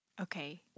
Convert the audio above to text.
Okay